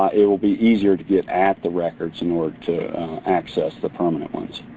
it will be easier to get at the records in order to access the permanent ones.